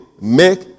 make